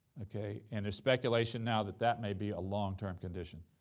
okay? and there's speculation now that that may be a long-term condition.